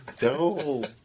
dope